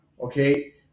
okay